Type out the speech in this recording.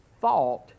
thought